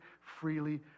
freely